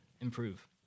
improve